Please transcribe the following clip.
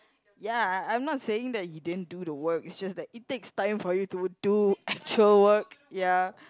ya I I I'm not saying he didn't do the work it's just that it takes time for you to do actual work ya